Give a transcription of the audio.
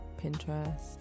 Pinterest